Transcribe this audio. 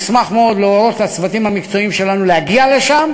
אני אשמח מאוד להורות לצוותים המקצועיים שלנו להגיע לשם